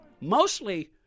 mostly